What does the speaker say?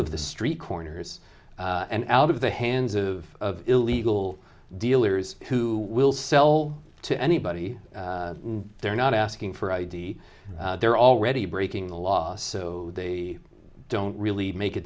of the street corners and out of the hands of illegal dealers who will sell to anybody they're not asking for id they're already breaking the law so they don't really make a